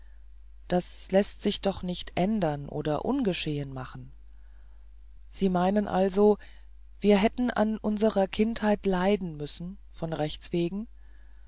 das läßt sich doch nicht ändern oder ungeschehen machen sie meinen also wir hätten an unserer kindheit leiden müssen von rechtswegen